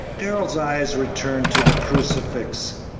darrell's eyes returned to the crucifix.